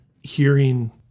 hearing